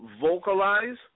vocalize